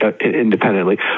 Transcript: independently